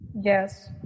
Yes